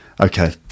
okay